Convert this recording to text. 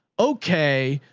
okay,